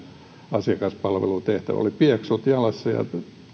asiakaspalvelutehtävään oli pieksut jalassa ja